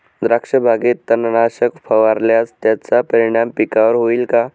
द्राक्षबागेत तणनाशक फवारल्यास त्याचा परिणाम पिकावर होईल का?